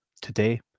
today